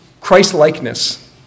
Christ-likeness